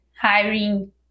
hiring